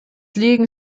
liegen